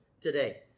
today